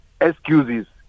excuses